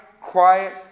quiet